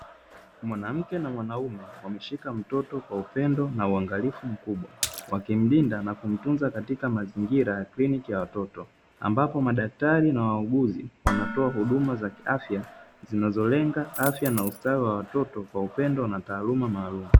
Mwanamke na mwanume wameshika mtoto kwa upendo na uangalifu mkubwa, wakimlinda na kumtunza katika mazingira ya kliniki ya watoto. Ambapo madaktari na wauguzi wanatoa huduma za kiafya zinazolenga afya na ustawi wa watoto kwa upendo na taaluma maalumu.